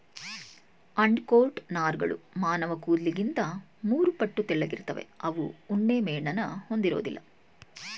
undercoat ನಾರ್ಗಳು ಮಾನವಕೂದ್ಲಿಗಿಂತ ಮೂರುಪಟ್ಟು ತೆಳ್ಳಗಿರ್ತವೆ ಅವು ಉಣ್ಣೆಮೇಣನ ಹೊಂದಿರೋದಿಲ್ಲ